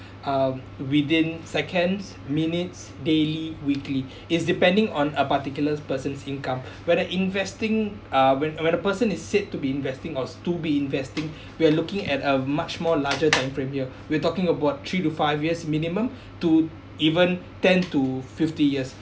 um within seconds minutes daily weekly it's depending on a particular person's income whether investing uh when when a person is said to be investing or to be investing we're looking at a much more larger than premier we're talking about three to five years minimum to even ten to fifty years